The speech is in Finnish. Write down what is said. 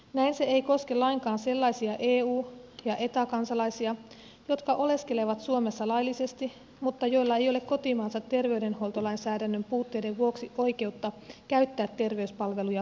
näin se ei koske lainkaan sellaisia eu ja eta kansalaisia jotka oleskelevat suomessa laillisesti mutta joilla ei ole kotimaansa terveydenhuoltolainsäädännön puutteiden vuoksi oikeutta käyttää terveyspalveluja suomessa